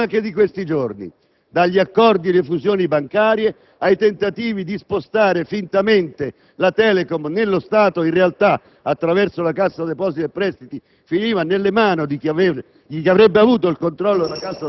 a intaccare le cronache di questi giorni: dagli accordi sulle fusioni bancarie ai tentativi di spostare fintamente la Telecom nello Stato. In realtà, attraverso la Cassa depositi e prestiti, la Telecom finiva nelle mani di chi avrebbe